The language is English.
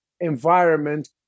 environment